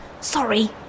Sorry